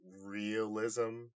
realism